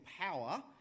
power